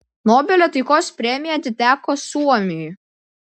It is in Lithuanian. nobelio taikos premija atiteko suomiui